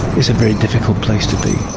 it's a very difficult place to be.